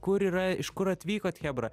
kur yra iš kur atvykot chebra